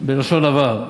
בלשון עבר,